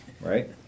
right